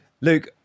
Luke